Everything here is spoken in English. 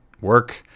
work